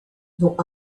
dont